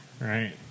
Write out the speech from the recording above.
right